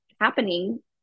happening